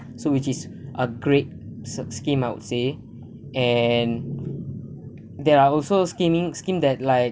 so which is a great scheme I would say and there are also scheming scheme that like